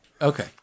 Okay